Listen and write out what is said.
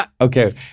Okay